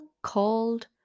called